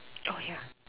oh ya